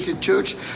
Church